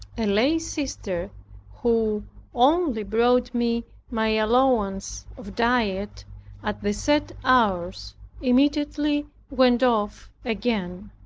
a lay-sister who only brought me my allowance of diet at the set hours immediately went off again.